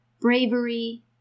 bravery